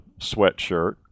sweatshirt